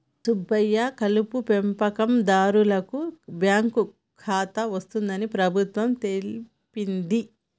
సుబ్బయ్య కలుపు పెంపకందారులకు బాంకు ఖాతా వస్తుందని ప్రభుత్వం తెలిపింది